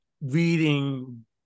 reading